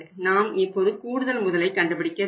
நாம் இப்போது கூடுதல் முதலை கண்டுபிடிக்க வேண்டும்